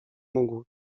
mógł